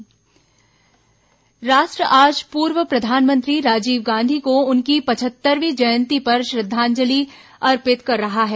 राजीव गांधी जयंती राष्ट्र आज पूर्व प्रधानमंत्री राजीव गांधी को उनकी पचहत्तरवीं जयंती पर श्रद्धांजलि अर्पित कर रहा है